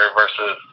versus